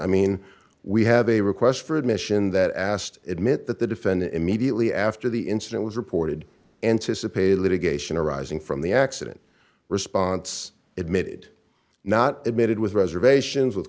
i mean we have a request for admission that asked admit that the defendant immediately after the incident was reported anticipated litigation arising from the accident response admitted not admitted with reservations with